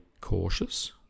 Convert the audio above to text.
cautious